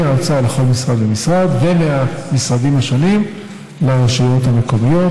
מהמשרדים השונים לרשויות המקומיות.